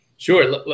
Sure